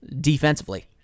defensively